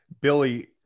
Billy